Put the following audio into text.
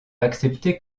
accepter